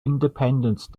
independence